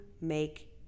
make